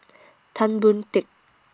Tan Boon Teik